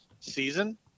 season